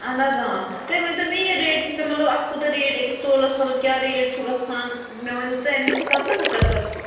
اہن حظ آ تُہۍ ؤنۍتو مےٚ یہ ریٹ حِساب مَطلب اَتھ کوٗتاہ ریٹ أکِس تولَس مَطلب کیٛاہ ریٹ چھُ گَژھان مےٚ وٕنِو تُہۍ اَمی حِساب تہٕ بہٕ کَرٕ پتہٕ